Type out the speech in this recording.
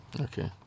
Okay